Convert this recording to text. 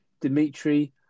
Dimitri